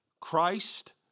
christ